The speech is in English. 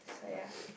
so ya